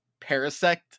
parasect